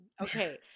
Okay